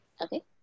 Okay